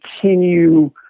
continue